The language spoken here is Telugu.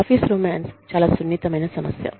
ఆఫీస్ రొమాన్స్ చాలా సున్నితమైన సమస్య